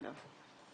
אגב,